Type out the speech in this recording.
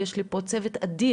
יש לי פה צוות אדיר,